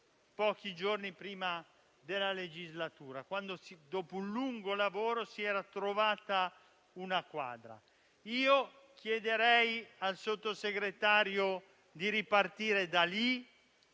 pochi giorni prima della nuova legislatura, quando, dopo un lungo lavoro, si era finalmente trovata una quadra. Chiederei al Sottosegretario di ripartire da lì,